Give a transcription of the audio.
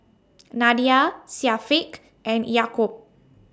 Nadia Syafiq and Yaakob